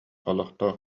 олохтоох